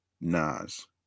nas